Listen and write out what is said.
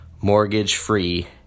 mortgage-free